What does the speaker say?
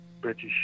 british